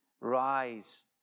Rise